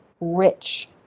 rich